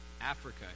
Africa